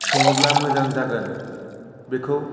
सङाेब्ला मोजां जागोन बिखौ